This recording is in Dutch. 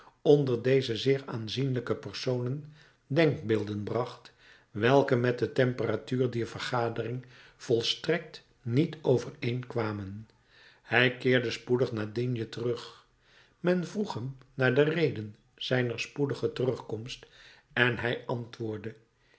onder deze zeer aanzienlijke personen denkbeelden bracht welke met de temperatuur dier vergadering volstrekt niet overeenkwamen hij keerde spoedig naar digne terug men vroeg hem naar de reden zijner spoedige terugkomst en hij antwoordde